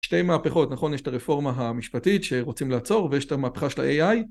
שתי מהפכות, נכון? יש את הרפורמה המשפטית שרוצים לעצור ויש את המהפכה של ה-AI